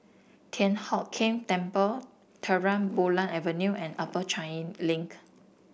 Thian Hock Keng Temple Terang Bulan Avenue and Upper Changi Link